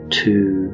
two